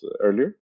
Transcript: earlier